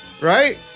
Right